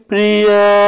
Priya